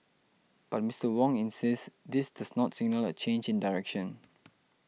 but Mister Wong insists this does not signal a change in direction